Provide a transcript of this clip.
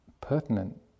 pertinent